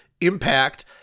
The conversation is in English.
impact